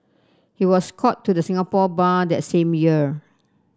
he was called to the Singapore Bar that same year